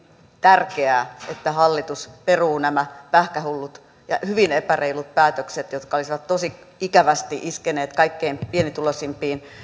tärkeää että hallitus peruu nämä pähkähullut ja hyvin epäreilut päätökset jotka olisivat tosi ikävästi iskeneet kaikkein pienituloisimpiin